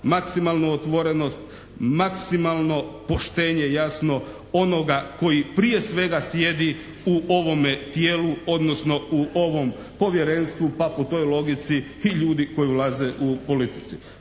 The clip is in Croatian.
maksimalnu otvorenost, maksimalno poštenje jasno onoga koji prije svega sjedi u ovome tijelu, odnosno u ovom Povjerenstvu, pa po toj logici i ljudi koji ulaze u politici.